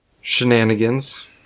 shenanigans